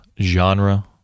genre